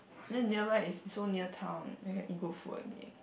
then nearby is so near town then get eat go good food again